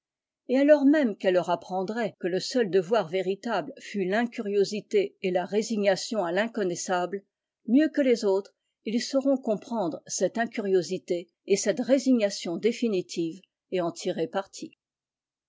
et alors même qu'elle leur apprendrait que le seul devoir véritable fût l'incuriosité et la résignation à tinconnaissable mieux que les autres ils sauront comprendre cette incuriosité et cette résignation définitives et en tirer parti